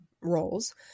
roles